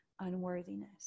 unworthiness